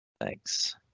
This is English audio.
Thanks